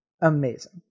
amazing